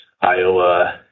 Iowa